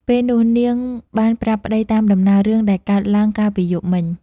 ពេលនោះនាងបានប្រាប់ប្ដីតាមដំណើររឿងដែលកើតឡើងកាលពីយប់មិញ។